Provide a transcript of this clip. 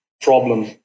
problem